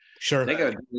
Sure